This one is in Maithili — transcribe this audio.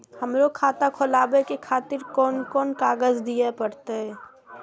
हमरो खाता खोलाबे के खातिर कोन कोन कागज दीये परतें?